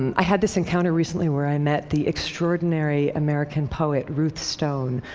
i had this encounter recently where i met the extraordinary american poet ruth stone,